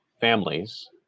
families